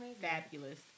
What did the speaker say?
fabulous